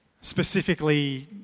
specifically